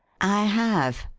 i have,